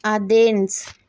Athens